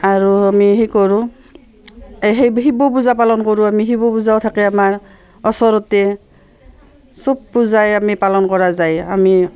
আৰু আমি সেই কৰোঁ এ সেই শিৱ পূজা পালন কৰোঁ আমি শিৱ পূজাও থাকে আমাৰ ওচৰতে চব পূজাই আমি পালন কৰা যায় আমি